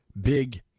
big